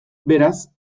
beraz